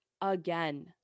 again